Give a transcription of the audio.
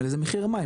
זה מחיר המים,